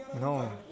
No